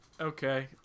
okay